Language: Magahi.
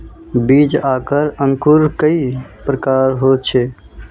बीज आर अंकूर कई प्रकार होचे?